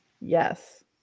Yes